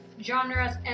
genres